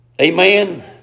Amen